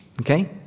okay